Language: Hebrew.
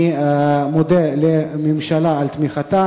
אני מודה לממשלה על תמיכתה.